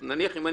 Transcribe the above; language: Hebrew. נניח אני בכספת,